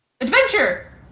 Adventure